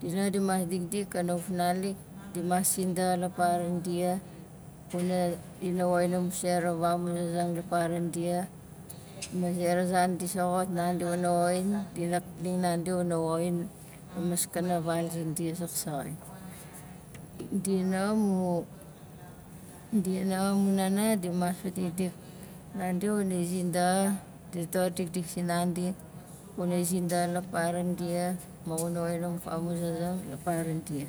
dia nanga dimas dikdik kana mu fufnalik dimas sindaxa la paranan dia wana ina woxin amu sera vamuzasang la paran dia ma zera zan di soxot nandi wana woxin dina kling nandi wana woxin la maskana val zindi zaksaxai dia nanga mu- dia nanga mu nana dimas vadikdik nandi xunai sindaxa, di dor dikdik sinandi wanai sindaxa la paran dia ma xuna woxin amu famuzazang la paran dia